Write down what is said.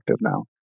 now